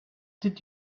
did